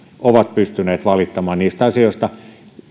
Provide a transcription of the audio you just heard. ovat pystyneet valittamaan niistä asioista